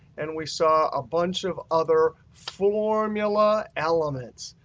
and we saw a bunch of other formula elements.